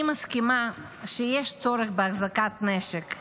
אני מסכימה שיש צורך בהחזקת נשק,